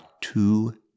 two